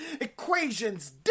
equations